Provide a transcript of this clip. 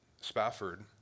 Spafford